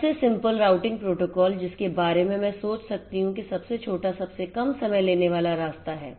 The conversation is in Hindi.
सबसे simple routing protocol जिसके बारे में मैं सोच सकती हूं कि सबसे छोटा सबसेकमसमयलेनेवालारास्ता है